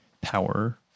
power